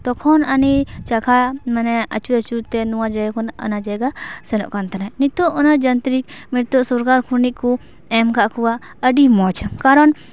ᱛᱚᱠᱷᱚᱱ ᱟᱱᱤ ᱪᱟᱠᱷᱟ ᱢᱟᱱᱮ ᱟᱪᱩᱨ ᱟᱪᱩᱨ ᱛᱮ ᱱᱚᱣᱟ ᱡᱟᱭᱜᱟ ᱠᱷᱚᱱ ᱚᱱᱟ ᱡᱟᱭᱜᱟ ᱥᱮᱱᱚᱜ ᱠᱟᱱ ᱛᱟᱦᱮᱱᱟᱭ ᱱᱤᱛᱳᱜ ᱚᱱᱟ ᱡᱟᱱᱛᱨᱤᱠ ᱱᱤᱛᱟᱹᱜ ᱥᱚᱨᱠᱟᱨ ᱠᱷᱟᱹᱱᱤᱜ ᱠᱚ ᱮᱢ ᱠᱟᱜ ᱠᱚᱣᱟ ᱟᱹᱰᱤ ᱢᱚᱡᱽ ᱠᱟᱨᱚᱱ